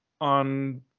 on